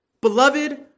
Beloved